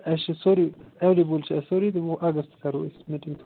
اسہِ چھُ سورُے ایٚولیبٕل چھُ اسہِ سورُے تہٕ وُہ اَگَستہٕ کَرو أسۍ میٖٹِنٛگ